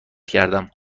کردم